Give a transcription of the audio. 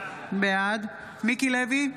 בעד מיקי לוי,